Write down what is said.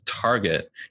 target